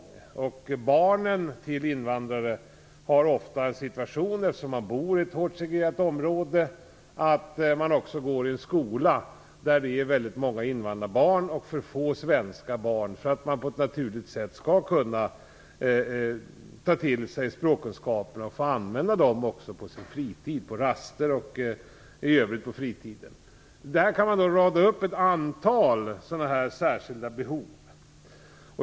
Situationen för barnen till invandrare, på grund av att man bor i ett hårt segregerat område, är ofta den att de går i en skola där det finns väldigt många invandrarbarn och för få svenska barn för att man på ett naturligt sätt skall kunna ta till sig språket och få använda sina kunskaper också på raster och i övrigt på fritiden. Man kan rada upp ett antal särskilda behov.